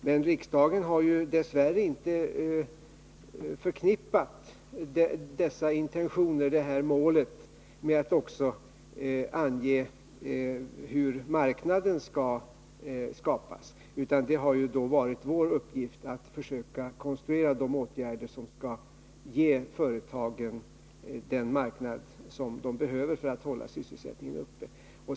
Men riksdagen har dess värre inte kompletterat detta mål med att också ange hur marknaden skall skapas, utan det har varit vår uppgift att försöka konstruera de åtgärder som skall ge företagen den marknad som de behöver för att hålla sysselsättningen uppe.